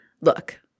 look